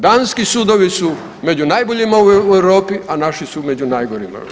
Danski sudovi su među najboljima u Europi, a naši su među najgorima u Europi.